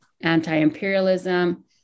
anti-imperialism